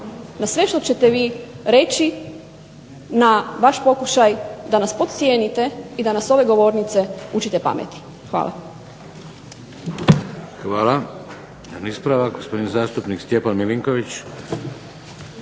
na sve što ćete vi reći, na vaš pokušaj da nas podcijeniti i da nas s ove govornice učite pameti. Hvala.